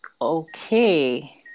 Okay